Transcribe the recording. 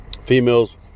Females